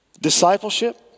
discipleship